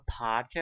podcast